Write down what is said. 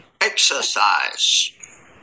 Exercise